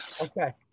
Okay